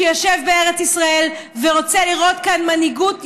שיושב בארץ ישראל ורוצה לראות כאן מנהיגות ישרה,